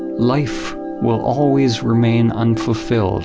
life will always remain unfulfilled